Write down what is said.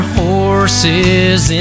horses